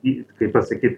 į kaip pasakyt